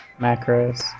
Macros